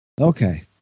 Okay